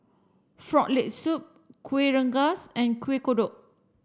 frog leg soup Kuih Rengas and Kuih Kodok